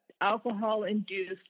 alcohol-induced